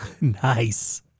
Nice